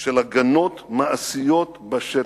של הגנות מעשיות בשטח.